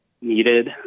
needed